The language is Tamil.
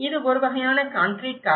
இது ஒரு வகையான கான்கிரீட் காடு